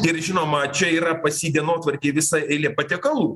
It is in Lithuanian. ir žinoma čia yra pas jį dienotvarkėj visa eilė patiekalų